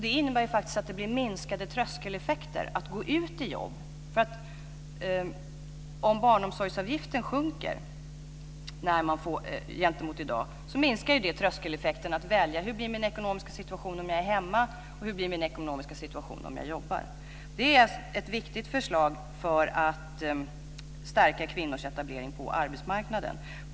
Det innebär faktiskt att det blir minskade tröskeleffekter för att gå ut i jobb. Om barnomsorgsavgiften sjunker gentemot i dag minskar det tröskeleffekten att välja mellan den ekonomiska situationen om jag stannar hemma och den ekonomiska situationen om jag jobbar. Det är ett viktigt förslag för att stärka kvinnors etablering på arbetsmarknaden.